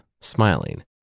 smiling